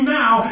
now